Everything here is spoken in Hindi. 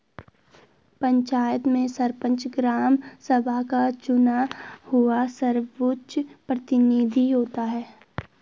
पंचायत में सरपंच, ग्राम सभा का चुना हुआ सर्वोच्च प्रतिनिधि होता है